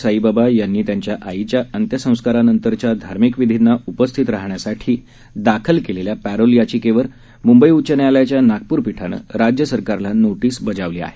साईबाबा यांनी त्यांच्या आईच्या अंत्यसंस्कारानंतरच्या धार्मिक विधींना उपस्थित राहण्यासाठी दाखल केलेल्या पर्धील याचिकेवर मुंबई उच्च न्यायालयाच्या नागपूर पीठान राज्य सरकारला नोटीस बजावली आहे